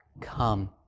come